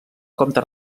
comte